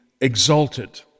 exalted